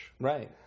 Right